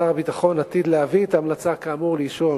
שר הביטחון עתיד להביא את ההמלצה כאמור לאישור הממשלה.